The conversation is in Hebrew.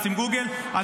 עושים גוגל -- תודה.